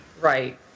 Right